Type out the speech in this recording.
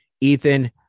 Ethan